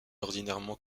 ordinairement